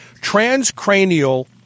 transcranial